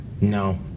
No